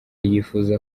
yifuza